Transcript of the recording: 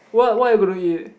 what what are you going to eat